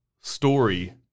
story